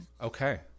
Okay